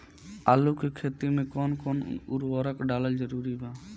आलू के खेती मे कौन कौन उर्वरक डालल जरूरी बा?